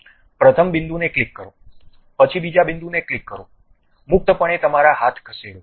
પ્રથમ બિંદુને ક્લિક કરો પછી બીજા બિંદુને ક્લિક કરો મુક્તપણે તમારા હાથ ખસેડો